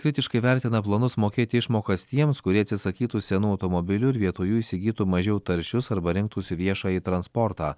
kritiškai vertina planus mokėti išmokas tiems kurie atsisakytų senų automobilių ir vietoj jų įsigytų mažiau taršius arba rinktųsi viešąjį transportą